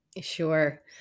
Sure